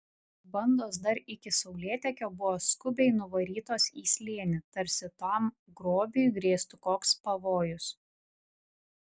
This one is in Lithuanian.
bandos dar iki saulėtekio buvo skubiai nuvarytos į slėnį tarsi tam grobiui grėstų koks pavojus